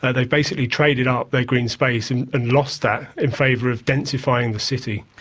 ah they've basically traded up their green space and lost that in favour of densifying the city.